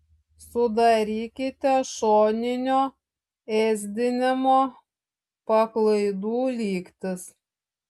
sudarykite šoninio ėsdinimo paklaidų lygtis